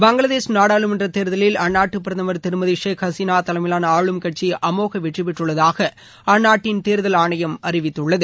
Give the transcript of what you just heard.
பங்களாதேஷ் நாடாளுமன்ற தேர்தலில் அந்நாட்டு பிரதமர் திருமதி ஷேக் ஹசீனா தலைமையிலான ஆளும் கட்சி அமோக வெற்றி பெற்றுள்ளதாக அந்நாட்டின் தேர்தல் ஆணையம் அறிவித்துள்ளது